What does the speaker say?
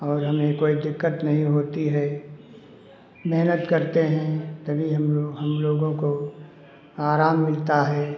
और हमें कोई दिक्कत नहीं होती है मेहनत करते हैं तभी हम लोग हम लोगों को आराम मिलता है